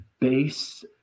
base